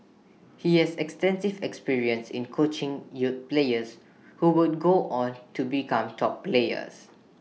he has extensive experience in coaching youth players who would go on to become top players